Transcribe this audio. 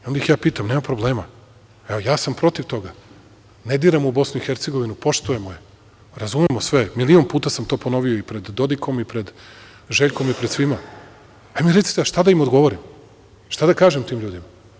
I, onda ih ja pitam - nema problema, ja sam protiv toga , ne diramo u Bosnu i Hercegovinu, poštujemo je, razumemo sve, milion puta sam to ponovio i pred Dodikom i pred Željkom i pred svima, ali mi recite šta da im odgovorim, šta da kažem tim ljudima.